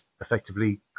effectively